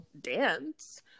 dance